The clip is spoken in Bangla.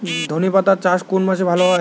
ধনেপাতার চাষ কোন মাসে ভালো হয়?